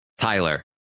Tyler